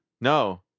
No